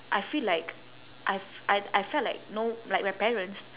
I feel like I've I I felt like no like my parents